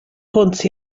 hwnt